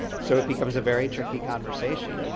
so it becomes a very tricky conversation. you know